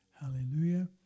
Hallelujah